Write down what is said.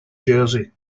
jersey